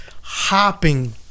hopping